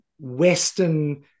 Western